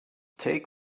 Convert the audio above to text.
take